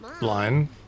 line